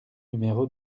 numéro